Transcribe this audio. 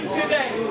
today